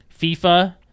fifa